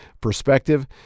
perspective